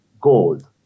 gold